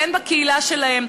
כן בקהילה שלהם.